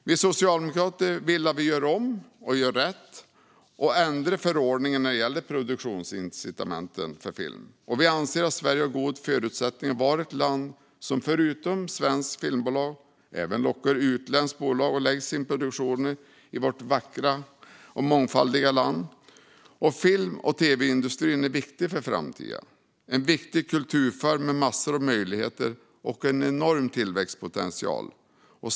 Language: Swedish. Vi socialdemokrater vill att vi gör om, gör rätt och ändrar förordningen när det gäller produktionsincitamenten för film. Vi anser att Sverige har goda förutsättningar att vara ett land som förutom svenska filmbolag även lockar utländska bolag att lägga sina produktioner i vårt vackra och mångfaldiga land. Film och tv-industrin är viktig för framtiden. Det är en viktig kulturform med massor av möjligheter och en enorm tillväxtpotential.